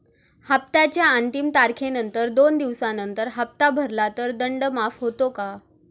हप्त्याच्या अंतिम तारखेनंतर दोन दिवसानंतर हप्ता भरला तर दंड माफ होतो का?